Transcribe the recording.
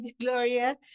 Gloria